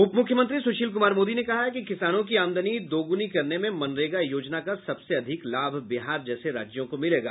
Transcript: उपमुख्यमंत्री सुशील कुमार मोदी ने कहा कि किसानों की आमदनी दुगुनी करने में मनरेगा योजना का सबसे अधिक लाभ बिहार जैसे राज्यों को मिलेगा